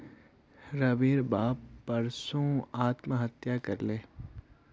रविर बाप परसो आत्महत्या कर ले